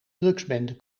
drugsbende